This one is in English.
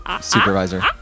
Supervisor